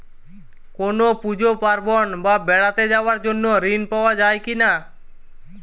কোনো পুজো পার্বণ বা বেড়াতে যাওয়ার জন্য ঋণ পাওয়া যায় কিনা?